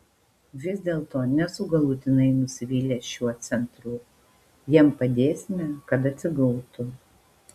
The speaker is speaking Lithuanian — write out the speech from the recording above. vis dėlto nesu galutinai nusivylęs šiuo centru jam padėsime kad atsigautų